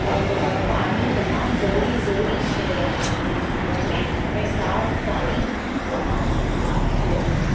पाणी तमाम ज़रुरी ज़रुरी शइ आहे असांजे जीवन में ऐं साफ़ पाणी तमाम ज़रुरी आहे